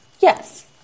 yes